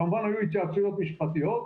כמובן, היו התייעצויות משפטיות,